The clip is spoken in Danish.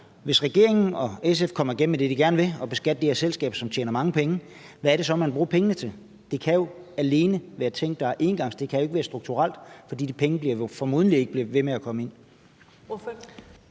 Hvis regeringen og SF kommer igennem med det, de gerne vil, altså at beskatte de her selskaber, som tjener mange penge, hvad er det så, man vil bruge pengene på? Det kan jo alene være ting, der er engangsting; det kan jo ikke være strukturelt, for de penge bliver jo formodentlig